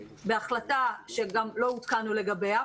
בהחלטה שגם לא עודכנה לגביה,